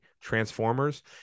Transformers